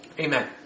Amen